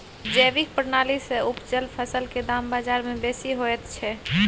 जैविक प्रणाली से उपजल फसल के दाम बाजार में बेसी होयत छै?